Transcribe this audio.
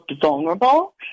vulnerable